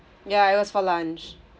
ya it was for lunch